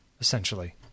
essentially